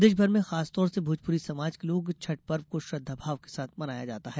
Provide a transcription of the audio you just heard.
प्रदेशभर में खासतौर से भोजपुरी समाज के लोग छठ पर्व को श्रद्वाभाव के साथ मनाया जा रहा है